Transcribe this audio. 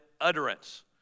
utterance